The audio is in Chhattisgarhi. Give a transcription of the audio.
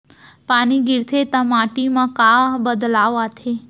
पानी गिरथे ता माटी मा का बदलाव आथे?